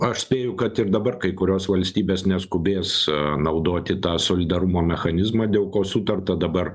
aš spėju kad ir dabar kai kurios valstybės neskubės naudoti tą solidarumo mechanizmą dėl ko sutarta dabar